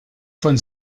von